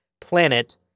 planet